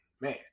Man